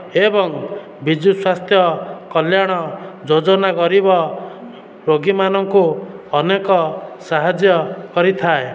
ଏବଂ ବିଜୁ ସ୍ୱାସ୍ଥ୍ୟ କଲ୍ୟାଣ ଯୋଜନା ଗରିବ ରୋଗୀମାନଙ୍କୁ ଅନେକ ସାହାଯ୍ୟ କରିଥାଏ